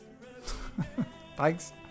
Thanks